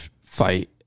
fight